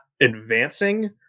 advancing